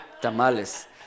tamales